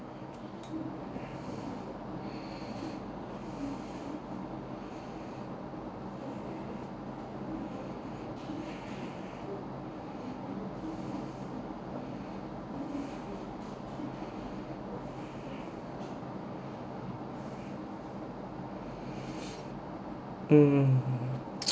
mm